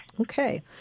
Okay